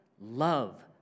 love